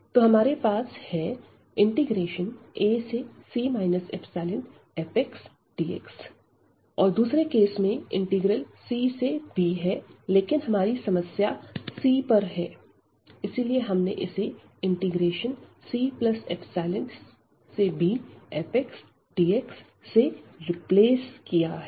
तो हमारे पास है ac εfxdx और दूसरे केस में इंटीग्रल c से b है लेकिन हमारी समस्या c पर है इसीलिए हमने इसे cεbfxdx से रिप्लेस किया है